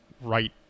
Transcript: right